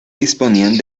disponían